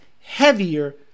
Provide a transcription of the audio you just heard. heavier